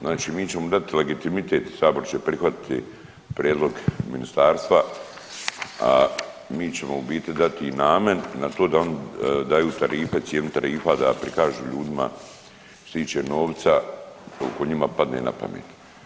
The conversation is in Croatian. Znači mi ćemo dati legitimitet, sabor će prihvatiti prijedlog ministarstva, a mi ćemo u biti dati im amen na to da oni daju tarife, cijenu tarifa da prikažu ljudima što se tiče novca koliko njima padne na pamet.